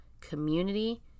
community